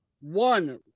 One